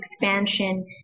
expansion